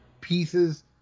pieces